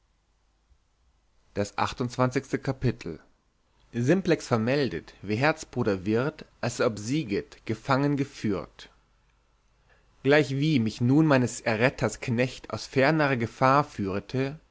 simplex vermeldet wie herzbruder wird als er obsieget gefangen geführt gleichwie mich nun meines erretters knecht aus fernerer gefahr führete